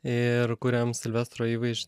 ir kuriam silvestro įvaiž